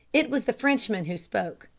it was the frenchman who spoke.